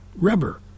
rubber